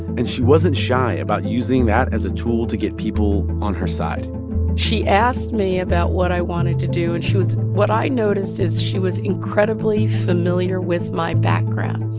and she wasn't shy about using that as a tool to get people on her side she asked me about what i wanted to do, and she was what i noticed is she was incredibly familiar with my background.